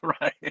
right